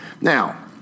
Now